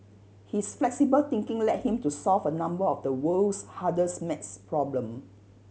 his flexible thinking led him to solve a number of the world's hardest math problem